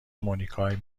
مونیکای